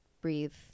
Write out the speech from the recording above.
breathe